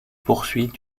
poursuit